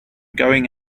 going